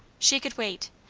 she could wait,